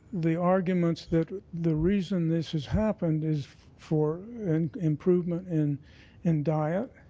the arguments that the reason this has happened is for and improvement in in diet,